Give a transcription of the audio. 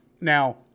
Now